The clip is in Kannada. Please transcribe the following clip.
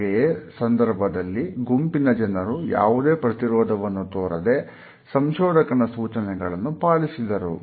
ಹಾಗೆಯೇ ಸಂದರ್ಭದಲ್ಲಿ ಗುಂಪಿನ ಜನರು ಯಾವುದೇ ಪ್ರತಿರೋಧವನ್ನು ತೋರದೆ ಸಂಶೋಧಕನ ಸೂಚನೆಗಳನ್ನು ಪಾಲಿಸಿದರು